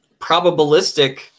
probabilistic